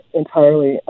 entirely